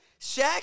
Shaq